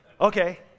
Okay